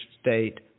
state